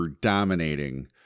dominating